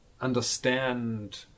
understand